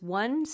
one